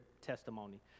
testimony